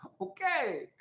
okay